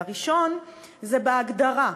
והראשון הוא בהגדרה.